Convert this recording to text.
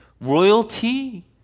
Royalty